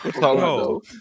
no